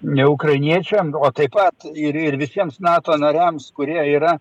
ne ukrainiečiams o taip pat ir ir visiems nato nariams kurie yra